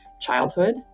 childhood